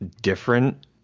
different